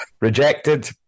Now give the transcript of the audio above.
rejected